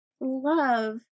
love